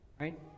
right